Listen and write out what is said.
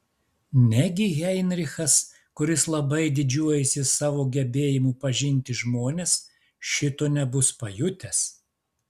negi heinrichas kuris labai didžiuojasi savo gebėjimu pažinti žmones šito nebus pajutęs